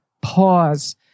pause